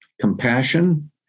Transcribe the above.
compassion